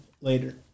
later